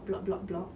block block block